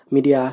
Media